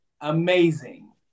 amazing